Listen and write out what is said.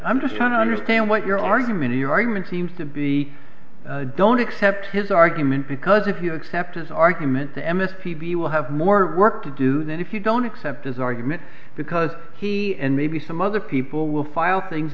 i'm just trying to understand what your argument your argument seems to be don't accept his argument because if you accept his argument the m s p b will have more work to do then if you don't accept his argument because he and maybe some other people will file things